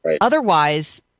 Otherwise